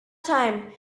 time